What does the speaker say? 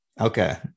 Okay